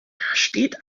steht